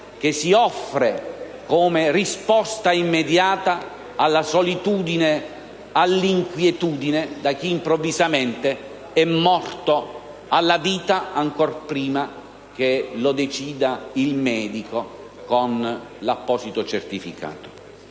che si offre come risposta immediata alla solitudine e all'inquietudine di chi è improvvisamente morto alla vita, ancor prima che lo stabilisca il medico con l'apposito certificato.